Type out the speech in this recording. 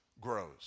grows